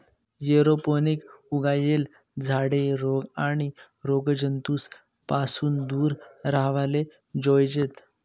aeroponic उगायेल झाडे रोग आणि रोगजंतूस पासून दूर राव्हाले जोयजेत